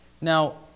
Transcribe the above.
Now